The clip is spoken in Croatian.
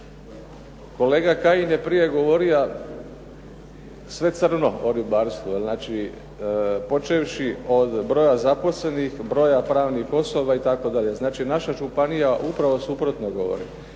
Kolega je Kajin je prije govorija sve crno o ribarstvu, počevši od broja zaposlenih, broja pravnih osoba, itd. Znači naša županija upravo suprotno govori.